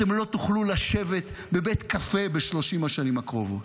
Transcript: אתם לא תוכלו לשבת בבית קפה ב-30 השנים הקרובות.